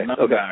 Okay